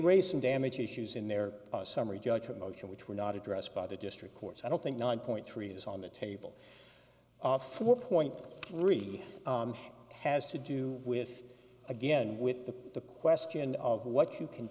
some damage issues in their summary judgment motion which were not addressed by the district courts i don't think nine point three is on the table of four point three has to do with again with the the question of what you can